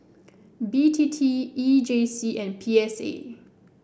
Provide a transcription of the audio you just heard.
B T T E J C and P S A